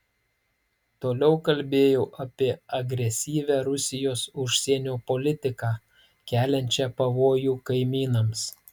toliau kalbėjau apie agresyvią rusijos užsienio politiką keliančią pavojų kaimynams